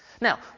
Now